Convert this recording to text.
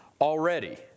already